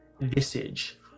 visage